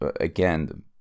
again